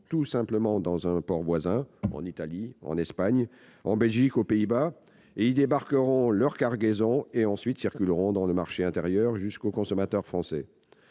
tout simplement dans un port voisin, en Italie, en Espagne, en Belgique ou aux Pays-Bas, et y débarqueront leurs cargaisons qui ensuite circuleront dans le marché intérieur jusqu'aux consommateurs français.